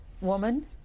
woman